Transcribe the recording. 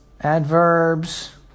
adverbs